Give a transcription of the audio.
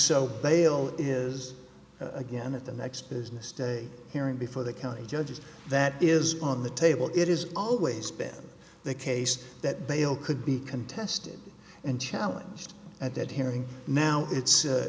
so they will is again at the next business day hearing before the county judges that is on the table it is always been the case that bail could be contested and challenge at that hearing now it's